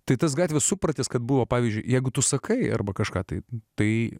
tai tas gatvės supratęs kad buvo pavyzdžiui jeigu tu sakai arba kažką taip tai